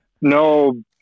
no